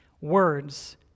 Words